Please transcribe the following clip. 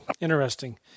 Interesting